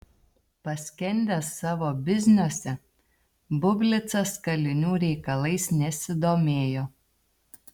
paskendęs savo bizniuose bublicas kalinių reikalais nesidomėjo